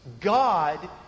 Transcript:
God